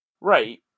Right